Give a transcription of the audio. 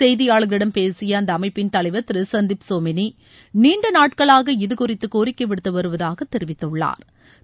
செய்தியாளர்களிடம் பேசிய அந்த அமைப்பின் தலைவர் திரு சந்தீப் சோமெனி நீண்ட நாட்களாக இது குறித்து கோரிக்கை விடுத்து வருவதாக தெரிவித்துள்ளாா்